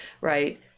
Right